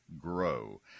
GROW